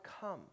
come